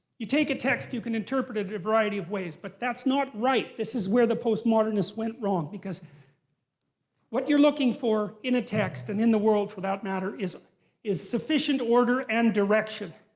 you take a text, you can interpret it in a variety of ways, but that's not right. this is where the post-modernists went wrong because what you're looking for, in a text, and in the world, for that matter, is ah is sufficient order and direction.